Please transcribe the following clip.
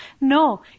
No